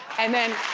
and then,